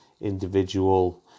individual